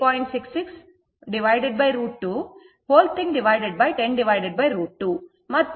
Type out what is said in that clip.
9o ಗೆ ಸಮಾನವಾಗಿರುತ್ತದೆ